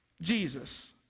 Jesus